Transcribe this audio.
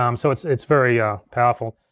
um so it's it's very ah powerful.